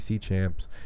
champs